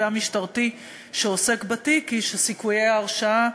משטרתי שעוסק בתיק היא שסיכויי ההרשעה,